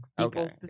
Okay